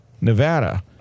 Nevada